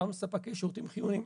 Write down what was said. אותם ספקי שירותים חיוניים,